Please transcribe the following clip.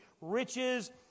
riches